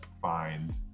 find